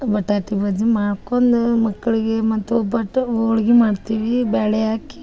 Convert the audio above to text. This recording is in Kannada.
ಬಟಾಟಿ ಬಜ್ಜಿ ಮಾಡ್ಕೊಂದು ಮಕ್ಕಳಿಗೆ ಮತ್ತೆ ಒಬ್ಬಟ್ಟು ಹೋಳ್ಗಿ ಮಾಡ್ತೀವಿ ಬ್ಯಾಳೆ ಹಾಕಿ